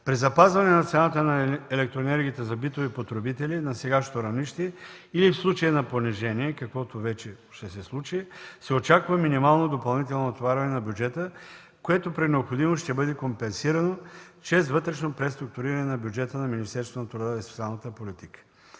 При запазване на цената на електроенергията за битови потребители на сегашното равнище или в случай на понижение, каквото вече ще се случи, се очаква минимално допълнително отваряне на бюджета, което при необходимост ще бъде компенсирано чрез вътрешно преструктуриране на бюджета на Министерството на труда и социалната политика.